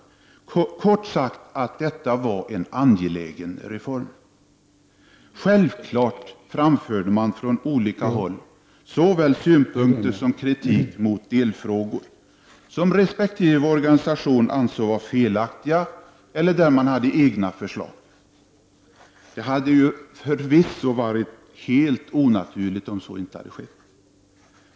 Kort sagt: Denna reform framstod som angelägen. Självfallet framfördes det från olika håll såväl synpunkter som kritik beträffande de delfrågor som resp. organisation ansåg var felaktiga eller frågor där man hade egna förslag. Förvisso hade det varit högst onaturligt om så inte hade varit fallet.